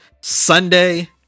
Sunday